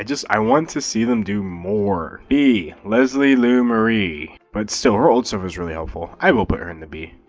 just, i want to see them do more. b, leslielu marie. but still, her old stuff is really helpful. i will put her in the b.